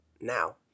Now